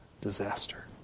disaster